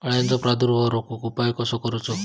अळ्यांचो प्रादुर्भाव रोखुक उपाय कसो करूचो?